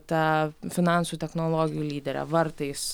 ta finansų technologijų lydere vartais